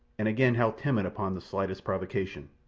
and again how timid upon the slightest provocation.